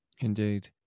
Indeed